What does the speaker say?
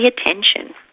attention